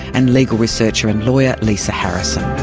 and legal researcher and lawyer lisa harrison.